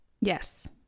Yes